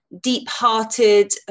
deep-hearted